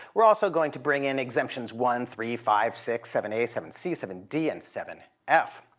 we're also going to bring in exemptions one, three, five, six, seven a, seven c, seven d, and seven f.